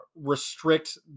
restrict